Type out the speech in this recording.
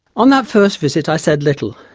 on that first visit i said little.